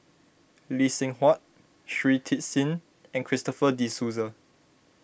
Lee Seng Huat Shui Tit Sing and Christopher De Souza